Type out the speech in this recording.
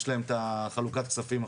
יש להם עכשיו את חלוקת הכספים.